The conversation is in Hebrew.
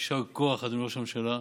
יישר כוח, אדוני ראש הממשלה.